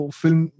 film